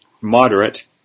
moderate